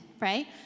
right